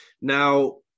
Now